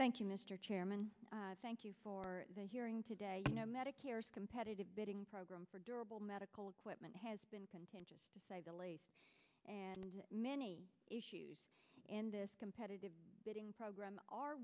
thank you mr chairman thank you for the hearing today you know medicare's competitive bidding program for durable medical equipment has been contentious to say the least and many issues in this competitive bidding programme are